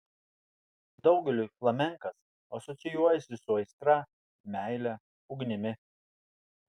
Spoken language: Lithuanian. daugeliui flamenkas asocijuojasi su aistra meile ugnimi